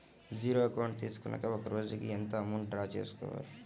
Zero account తీసుకున్నాక ఒక రోజుకి ఎంత అమౌంట్ డ్రా చేసుకోవాలి?